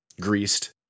greased